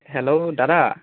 hello দাদা